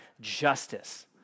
justice